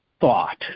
thought